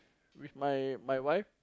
with my my wife